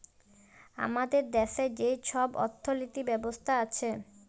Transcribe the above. আমাদের দ্যাশে যে ছব অথ্থলিতি ব্যবস্থা আছে